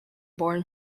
born